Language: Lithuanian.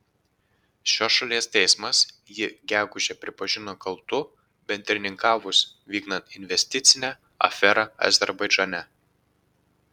šios šalies teismas jį gegužę pripažino kaltu bendrininkavus vykdant investicinę aferą azerbaidžane